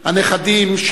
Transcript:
הנכדים,